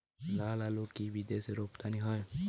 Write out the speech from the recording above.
লালআলু কি বিদেশে রপ্তানি হয়?